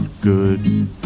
good